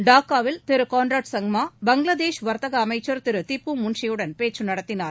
டாக்காவில் திரு கொன்ராட் சங்மா பங்களாதேஷ் வர்த்தக அமைச்சர் திரு திப்பு முன்ஷியுடன் பேச்சு நடத்தினார்